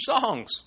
songs